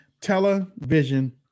Television